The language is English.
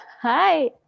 Hi